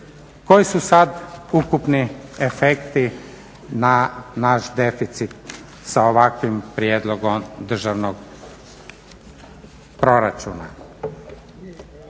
Koji su sada ukupni efekti na naš deficit sa ovakvim prijedlogom državnog proračuna?